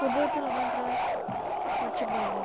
खुबूच लोकांक त्रास काडचे पडले